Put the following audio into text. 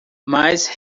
mas